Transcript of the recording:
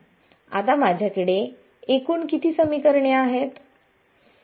आता माझ्याकडे एकूण किती समीकरणे आहेत